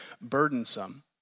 burdensome